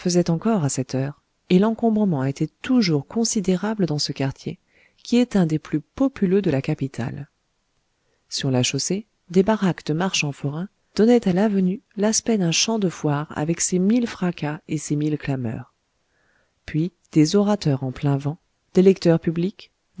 faisaient encore à cette heure et l'encombrement était toujours considérable dans ce quartier qui est un des plus populeux de la capitale sur la chaussée des baraques de marchands forains donnaient à l'avenue l'aspect d'un champ de foire avec ses mille fracas et ses mille clameurs puis des orateurs en plein vent des lecteurs publics